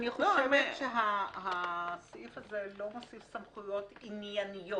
אני חושבת שהסעיף הזה לא מוסיף סמכויות ענייניות